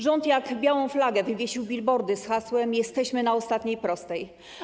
Rząd jak białą flagę wywiesił billboardy z hasłem: „Jesteśmy na ostatniej prostej”